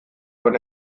von